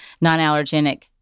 non-allergenic